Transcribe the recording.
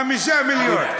5 מיליון.